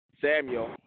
Samuel